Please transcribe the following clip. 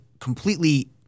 completely